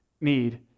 need